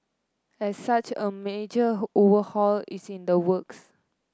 as such a major overhaul is in the works